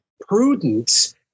prudence